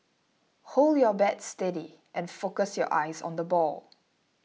hold your bat steady and focus your eyes on the ball